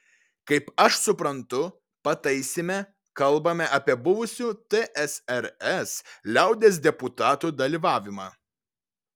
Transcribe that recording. kaip aš suprantu pataisyme kalbame apie buvusių tsrs liaudies deputatų dalyvavimą